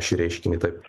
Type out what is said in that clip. šį reiškinį taip